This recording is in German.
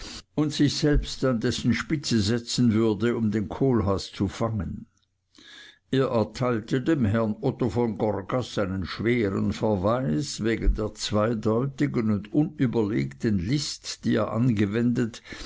und sich selbst an dessen spitze setzen würde um den kohlhaas zu fangen er erteilte dem herrn otto von gorgas einen schweren verweis wegen der zweideutigen und unüberlegten list die er angewendet